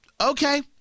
okay